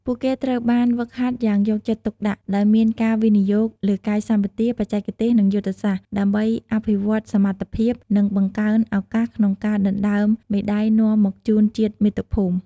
ពួកគេត្រូវបានហ្វឹកហាត់យ៉ាងយកចិត្តទុកដាក់ ដោយមានការវិនិយោគលើកាយសម្បទា បច្ចេកទេស និងយុទ្ធសាស្ត្រ ដើម្បីអភិវឌ្ឍសមត្ថភាព និងបង្កើនឱកាសក្នុងការដណ្ដើមមេដាយនាំមកជូនជាតិមាតុភូមិ។